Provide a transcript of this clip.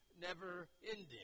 never-ending